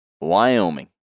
wyoming